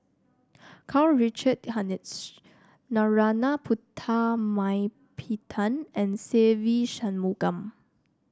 Karl Richard Hanitsch Narana Putumaippittan and Se Ve Shanmugam